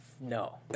no